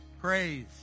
praise